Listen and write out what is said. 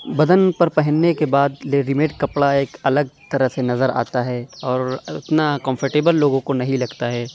بدن پر پہننے کے بعد ریڈی میڈ کپڑا ایک الگ طرح سے نظر آتا ہے اور اتنا کمفرٹیبل لوگوں کو نہیں لگتا ہے